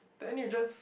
then you just